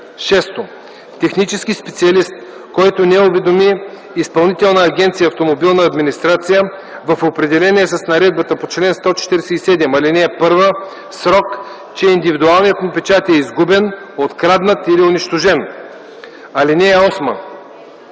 6. технически специалист, който не уведоми Изпълнителна агенция „Автомобилна администрация” в определения с наредбата по чл. 147, ал. 1 срок, че индивидуалният му печат е изгубен, откраднат или унищожен. (8)